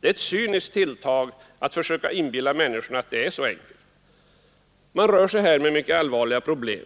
Det är ett cyniskt tilltag att försöka inbilla människorna att det är så enkelt! Man rör sig här med mycket allvarliga problem.